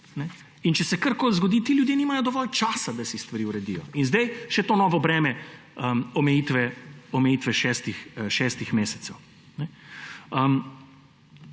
Če se karkoli zgodi, ti ljudje nimajo dovolj časa, da si stvari uredijo. In zdaj še to novo breme omejitve šestih mesecev.